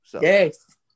Yes